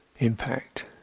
impact